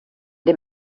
dem